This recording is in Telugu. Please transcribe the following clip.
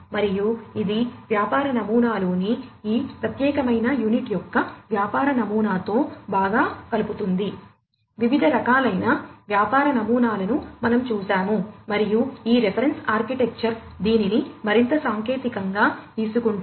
మరియు ఇది వ్యాపార నమూనాలోని ఈ ప్రత్యేకమైన యూనిట్ యొక్క వ్యాపార నమూనాతో బాగా కలుపుతుంది వివిధ రకాలైన వ్యాపార నమూనాలను మనం చూశాము మరియు ఈ రిఫరెన్స్ ఆర్కిటెక్చర్ దీనిని మరింత సాంకేతికంగా తీసుకుంటుంది